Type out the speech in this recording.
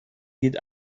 geht